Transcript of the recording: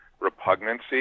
repugnancy